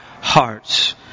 hearts